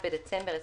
בדצמבר 2021),